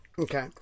okay